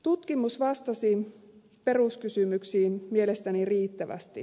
tutkimus vastasi peruskysymyksiin mielestäni riittävästi